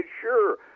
Sure